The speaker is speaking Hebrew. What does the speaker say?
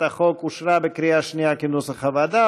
אושרה כנדרש בשלוש קריאות.